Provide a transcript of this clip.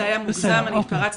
זה היה מוגזם, אני התפרצתי.